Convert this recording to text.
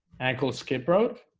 ankle. skip rope